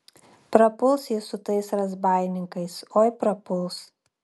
prapuls jis su tais razbaininkais oi prapuls